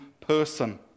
person